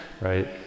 Right